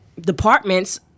departments